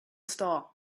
star